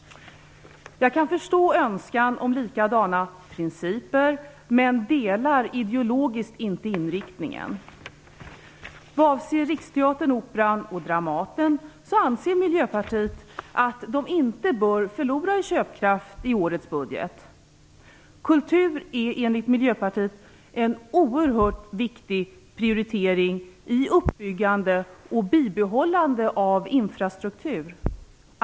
Jag kan förstå önskan om likadana principer, men jag ställer mig ideologiskt sett inte bakom inriktningen. Vad avser Riksteatern, Operan och Dramaten anser Miljöpartiet att de inte bör förlora i köpkraft i årets budget. Kultur är enligt Miljöpartiet en oerhört viktig prioritering i uppbyggandet och bibehållandet av infrastruktur.